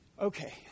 Okay